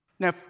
Now